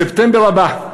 ספטמבר הבא.